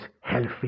healthy